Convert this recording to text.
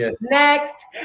Next